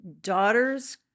daughter's